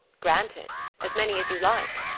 granted as many as you like,